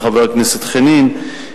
של חבר הכנסת חנין,